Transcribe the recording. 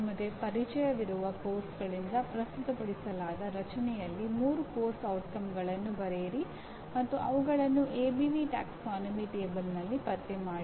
ನಿಮಗೆ ಪರಿಚಯವಿರುವ ಪಠ್ಯಕ್ರಮಗಳಿಂದ ಪ್ರಸ್ತುತಪಡಿಸಲಾದ ರಚನೆಯಲ್ಲಿ ಮೂರು ಪಠ್ಯಕ್ರಮದ ಪರಿಣಾಮಗಳನ್ನು ಬರೆಯಿರಿ ಮತ್ತು ಅವುಗಳನ್ನು ಎಬಿವಿ ಪ್ರವರ್ಗ ಕೋಷ್ಟಕದಲ್ಲಿ ಪತ್ತೆ ಮಾಡಿ